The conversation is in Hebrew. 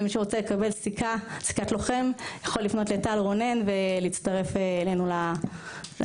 ומי שרוצה לקבל סיכת לוחם יכול לפנות לטל רונן ולהצטרף אלינו לפעולה.